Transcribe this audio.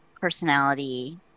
personality